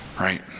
right